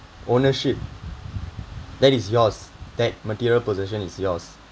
ownership that is yours that material possession is yours